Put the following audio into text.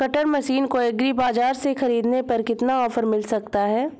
Cutter machine को agri बाजार से ख़रीदने पर कितना ऑफर मिल सकता है?